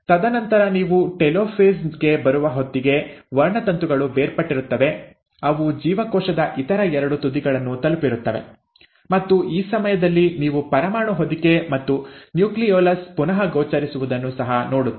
ತದನಂತರ ನೀವು ಟೆಲೋಫೇಸ್ ಗೆ ಬರುವ ಹೊತ್ತಿಗೆ ವರ್ಣತಂತುಗಳು ಬೇರ್ಪಟ್ಟಿರುತ್ತವೆ ಅವು ಜೀವಕೋಶದ ಇತರ ಎರಡು ತುದಿಗಳನ್ನು ತಲುಪಿರುತ್ತವೆ ಮತ್ತು ಈ ಸಮಯದಲ್ಲಿ ನೀವು ಪರಮಾಣು ಹೊದಿಕೆ ಮತ್ತು ನ್ಯೂಕ್ಲಿಯೊಲಸ್ ಪುನಃ ಗೋಚರಿಸುವುದನ್ನು ಸಹ ನೋಡುತ್ತೀರಿ